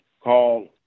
called